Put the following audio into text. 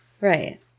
right